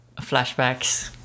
Flashbacks